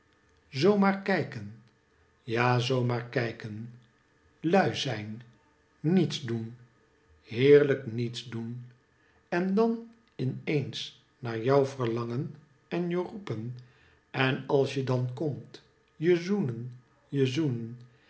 zoo maar kijken ja zoo maar kijken lui zijn niets doen heerlijk niets doen en dan in eens naar jou verlangen en je roepen en als je dan komt je zoenen je zoenen